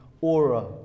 aura